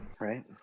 right